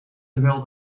terwijl